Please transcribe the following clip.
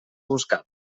buscat